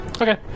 Okay